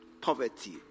poverty